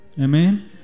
amen